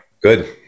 Good